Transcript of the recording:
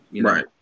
Right